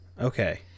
Okay